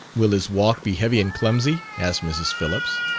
will his walk be heavy and clumsy? asked mrs. phillips.